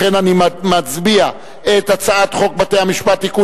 לכן נצביע על הצעת חוק בתי-המשפט (תיקון,